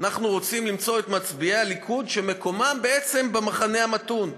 אנחנו רוצים למצוא את מצביעי הליכוד שמקומם בעצם במחנה המתון,